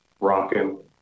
rocking